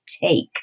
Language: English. take